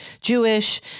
Jewish